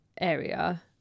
area